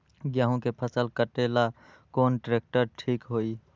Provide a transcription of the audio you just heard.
गेहूं के फसल कटेला कौन ट्रैक्टर ठीक होई?